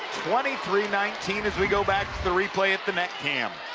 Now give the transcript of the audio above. twenty three nineteen as we go back to the replay at the net cam.